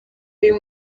uyu